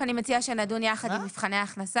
אני מציעה שנדון בסעיף 20א יחד עם מבחני ההכנסה.